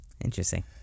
Interesting